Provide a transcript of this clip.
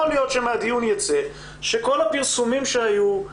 יכול להיות שמהדיון יצא שכל הפרסומים שהיו,